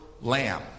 Lamb